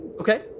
Okay